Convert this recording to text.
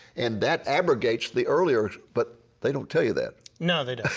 and that abrogates the earlier. but they don't tell you that. no they don't.